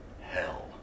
hell